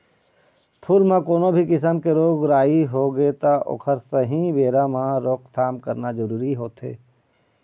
फूल म कोनो भी किसम के रोग राई होगे त ओखर सहीं बेरा म रोकथाम करना जरूरी होथे